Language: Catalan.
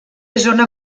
zona